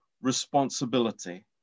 responsibility